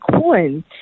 coin